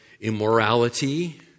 immorality